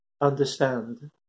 understand